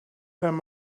them